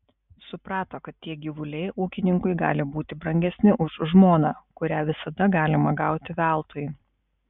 suprato kad tie gyvuliai ūkininkui gali būti brangesni už žmoną kurią visada galima gauti veltui